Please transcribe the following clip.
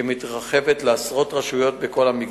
שמתרחבת לעשרות רשויות בכל המגזר.